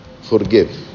forgive